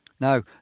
now